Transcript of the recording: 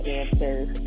answers